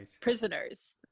prisoners